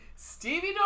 Stevie